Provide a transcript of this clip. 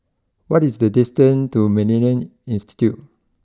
what is the distance to Millennia Institute